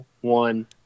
one